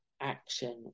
action